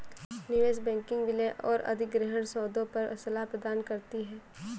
निवेश बैंकिंग विलय और अधिग्रहण सौदों पर सलाह प्रदान करती है